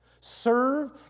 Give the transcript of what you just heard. Serve